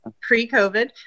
Pre-COVID